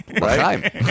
right